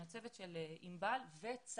עם הצוות של ענבל וצה"ל.